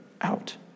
out